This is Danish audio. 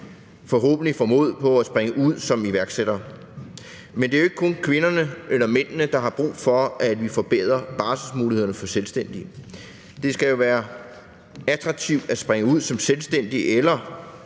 forhåbentlig får mod på at springe ud som iværksættere. Men det er jo ikke kun kvinderne eller mændene, der har brug for, at vi forbedrer barselsmulighederne for selvstændige. Det skal jo være attraktivt at springe ud som selvstændig eller